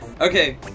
Okay